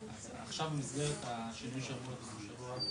עכשיו במסגרת השינוי שאנחנו עושים שבו אנחנו